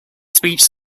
speeches